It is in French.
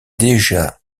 déjà